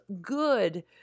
good